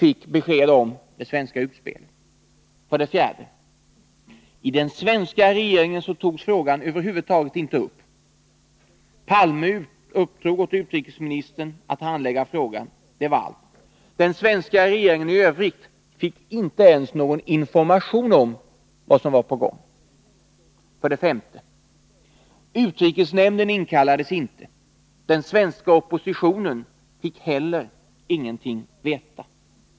I den svenska regeringen togs frågan över huvud taget inte upp — Olof Palme uppdrog åt utrikesministern att handlägga frågan. Det var allt. Den svenska regeringen i övrigt fick inte ens någon information om vad som var på gång. 5. Utrikesnämnden inkallades inte — den svenska oppositionen fick heller ingenting veta.